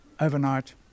overnight